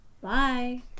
bye